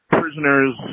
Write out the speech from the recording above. prisoners